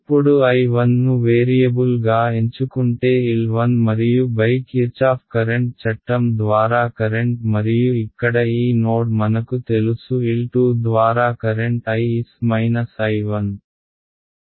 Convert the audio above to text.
ఇప్పుడు I1 ను variable గా ఎంచుకుంటే L 1 మరియు కిర్చాఫ్ కరెంట్ చట్టం ద్వారా కరెంట్ మరియు ఇక్కడ ఈ నోడ్ మనకు తెలుసు L 2 ద్వారా కరెంట్ I s I 1